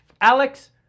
Alex